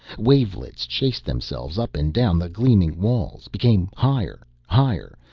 wavelets chased themselves up and down the gleaming walls, became higher, higher.